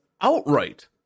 outright